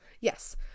yes